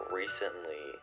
recently